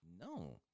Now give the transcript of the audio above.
no